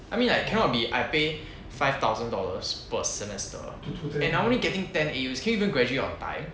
I mean like cannot be I pay five thousand dollars per semester and I only getting ten A_U can you even graduate on time